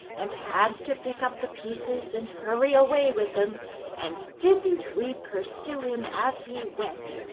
and had to pick up the pieces, and hurry away with them and didn't we pursue him as he went!